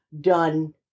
done